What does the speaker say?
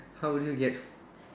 how would you get